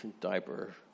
diaper